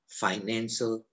financial